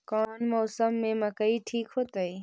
कौन मौसम में मकई ठिक होतइ?